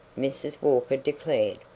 mrs. walker declared.